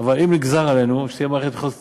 אבל אם נגזר עלינו, שתהיה מערכת בחירות קצרה,